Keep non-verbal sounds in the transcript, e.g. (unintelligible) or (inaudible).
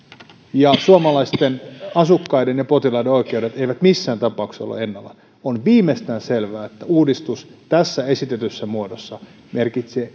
ja suomalaisten asukkaiden ja potilaiden oikeudet eivät missään tapauksessa ole ennallaan on viimeistään selvää että uudistus tässä esitetyssä muodossa merkitsee (unintelligible)